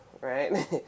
right